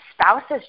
spouse's